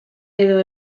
edo